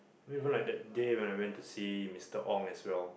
then even like that day when I went to see Mister Ong as well